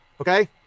Okay